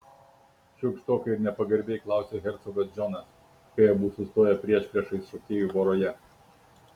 šiurkštokai ir nepagarbiai klausia hercogas džonas kai abu sustoja priešpriešiais šokėjų voroje